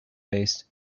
based